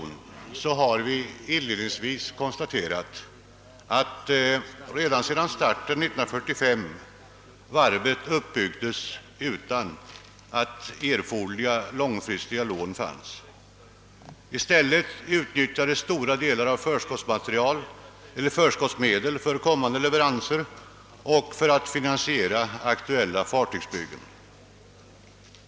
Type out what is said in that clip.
Vi konstaterar inledningsvis i motionen att Uddevallavarvet alltsedan starten 1945 har byggts upp utan erforderliga långfristiga lån. I stället har stora delar av förskottsmedel för kommande leveranser utnyttjats för att finansiera aktuella fartygsbyggen.